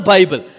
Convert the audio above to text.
Bible